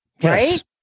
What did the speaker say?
Yes